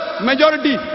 majority